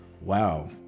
wow